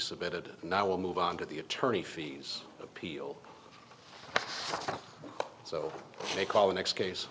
submitted and i will move on to the attorney fees appeal so they call the next case